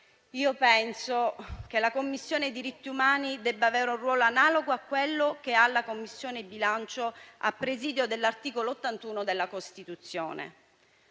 Io penso che la Commissione diritti umani debba avere un ruolo analogo a quello che ha la Commissione bilancio a presidio dell'articolo 81 della Costituzione.